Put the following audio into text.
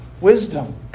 wisdom